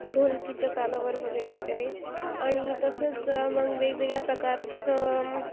ढोलकीच्या तालावर वगैरे वगैरे आणि तसंच मग वेगवेगळ्या प्रकारचं